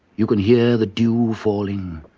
you can hear the dew falling,